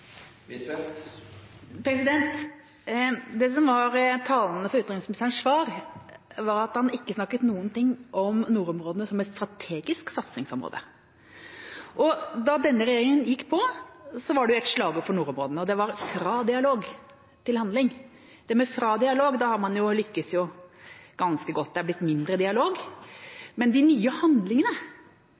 Det som var talende ved utenriksministerens svar, var at han ikke snakket noe om nordområdene som et strategisk satsingsområde. Da den nåværende regjeringa gikk på, hadde man et slagord for nordområdene: Fra dialog til handling. Når det gjelder «fra dialog», har man lyktes ganske godt. Det har blitt mindre dialog. Men de nye handlingene